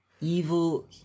evil